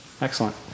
Excellent